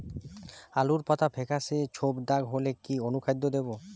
আলুর পাতা ফেকাসে ছোপদাগ হলে কি অনুখাদ্য দেবো?